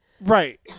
Right